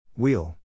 Wheel